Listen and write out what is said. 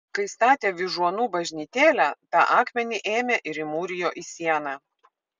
kai statė vyžuonų bažnytėlę tą akmenį ėmė ir įmūrijo į sieną